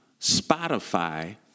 Spotify